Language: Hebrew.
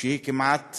שכמעט